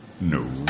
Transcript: No